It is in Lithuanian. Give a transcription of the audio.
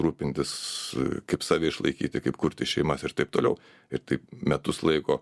rūpintis kaip save išlaikyti kaip kurti šeimas ir taip toliau ir taip metus laiko